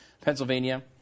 Pennsylvania